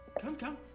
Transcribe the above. come, come.